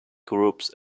groups